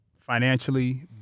financially